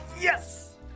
Yes